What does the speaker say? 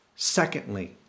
Secondly